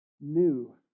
new